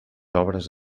obres